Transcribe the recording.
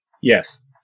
Yes